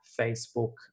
Facebook